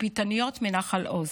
התצפיתניות מנחל עוז.